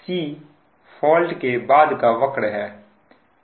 C fault के बाद का वक्र है